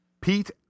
Pete